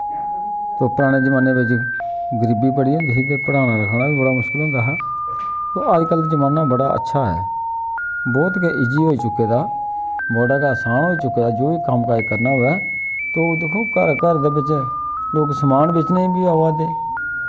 तो पराने जमाने बिच गरीबी बड़ी होंदी ही ते पढ़ना लिखना बी बड़ा मुश्कल होंदा हा अजकल जमाना बड़ा अच्छा ऐ बहुत गै इजी होई चुके दा बड़ा गै असान होई चुके दा जो बी कम्म काज करना होऐ तो दिक्खो घर घर दे बिच लोक समान बेचने बी आवै दे